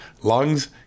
lungs